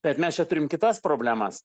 bet mes čia turim kitas problemas